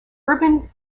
urban